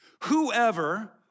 Whoever